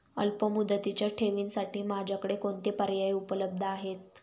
अल्पमुदतीच्या ठेवींसाठी माझ्याकडे कोणते पर्याय उपलब्ध आहेत?